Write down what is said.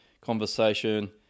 conversation